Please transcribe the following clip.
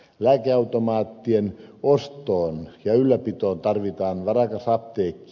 lääkeautomaattien ostoon ja ylläpitoon tarvitaan varakas apteekki